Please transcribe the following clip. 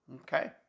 Okay